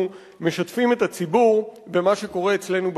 משתפים את הציבור במה שקורה אצלנו בבית.